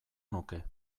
nuke